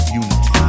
unity